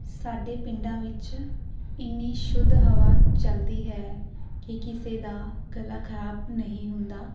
ਸਾਡੇ ਪਿੰਡਾਂ ਵਿੱਚ ਇੰਨੀ ਸ਼ੁੱਧ ਹਵਾ ਚਲਦੀ ਹੈ ਕਿ ਕਿਸੇ ਦਾ ਗਲਾ ਖਰਾਬ ਨਹੀਂ ਹੁੰਦਾ